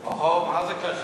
אוהו, מה זה קשה.